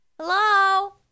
Hello